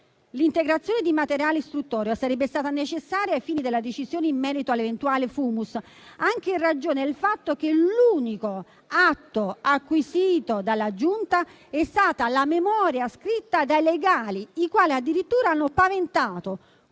L'integrazione di materiale istruttorio sarebbe stata necessaria ai fini della decisione in merito all'eventuale *fumus* anche in ragione del fatto che l'unico atto acquisito dalla Giunta è stata la memoria scritta dai legali, che hanno addirittura paventato,